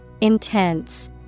Intense